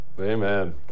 Amen